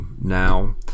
now